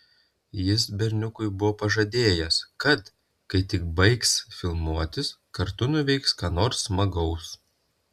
jis berniukui buvo pažadėjęs kad kai tik baigs filmuotis kartu nuveiks ką nors smagaus